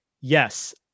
yes